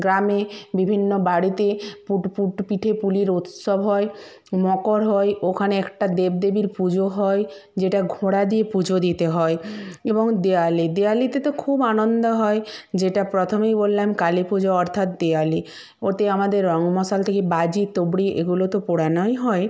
গ্রামে বিভিন্ন বাড়িতে পিঠেপুলির উৎসব হয় মকর হয় ওখানে একটা দেব দেবীর পুজো হয় যেটা ঘোড়া দিয়ে পুজো দিতে হয় এবং দিওয়ালি দিওয়ালিতে তো খুব আনন্দ হয় যেটা প্রথমেই বললাম কালী পুজো অর্থাৎ দিওয়ালি ওতে আমাদের রংমশাল থেকে বাজি তুবড়ি এগুলি তো পোড়ানোই হয়